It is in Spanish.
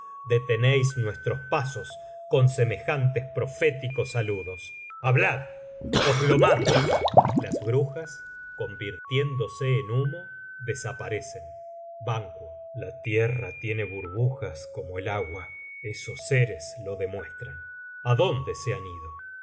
abrasado detenéis nuestros pasos con semejantes proféticos saludos hablad os lo mando las brujas convirtiéndose en humo desaparecen la tierra tiene burbujas como el agua esos seres lo demuestran a dónde se han ido